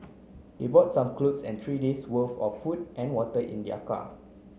they brought some clothes and three day's worth of food and water in their car